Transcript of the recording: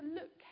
look